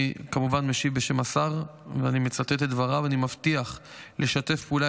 אני כמובן משיב בשם השר ואני מצטט את דבריו: אני מבטיח לשתף פעולה